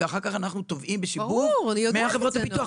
ואחר כך אנחנו תובעים בשיבוב מחברות הביטוח,